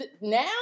now